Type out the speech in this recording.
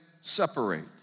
separate